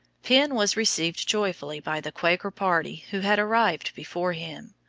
penn was received joyfully by the quaker party who had arrived before him,